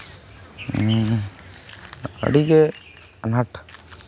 ᱟᱹᱰᱤᱜᱮ ᱟᱱᱟᱴ